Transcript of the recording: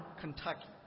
Kentucky